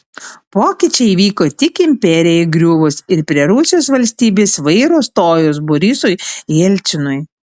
pokyčiai įvyko tik imperijai griuvus ir prie rusijos valstybės vairo stojus borisui jelcinui